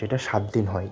সেটা সাত দিন হয়